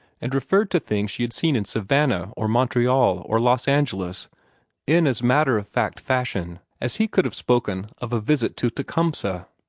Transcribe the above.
and referred to things she had seen in savannah or montreal or los angeles in as matter-of-fact fashion as he could have spoken of a visit to tecumseh.